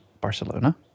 Barcelona